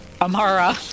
amara